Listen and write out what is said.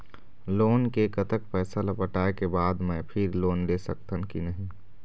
Loan के कतक पैसा ला पटाए के बाद मैं फिर लोन ले सकथन कि नहीं?